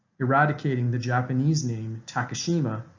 eradicating the japanese name takashima,